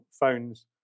phones